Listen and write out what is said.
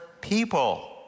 people